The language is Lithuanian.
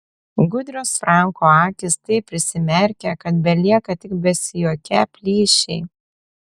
gudrios franko akys taip prisimerkia kad belieka tik besijuokią plyšiai